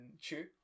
chew